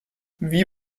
wie